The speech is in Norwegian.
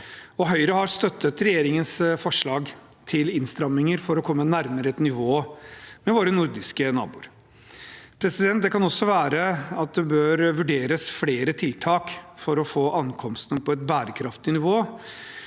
Høyre har støttet regjeringens forslag til innstramminger for å komme nærmere nivået til våre nordiske naboer. Det kan også være at det bør vurderes flere tiltak for å få ankomstene på et bærekraftig nivå.